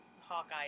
Hawkeye